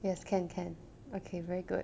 yes can can okay very good